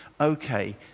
okay